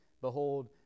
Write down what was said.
Behold